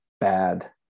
bad